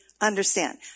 understand